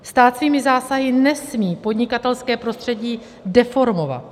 Stát svými zásahy nesmí podnikatelské prostředí deformovat.